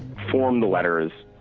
form the letters,